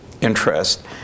interest